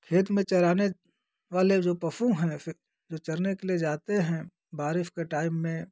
खेत में चराने वाले जो पशु हैं उसे जो चरने के लिए जाते हैं बारिश के टाइम में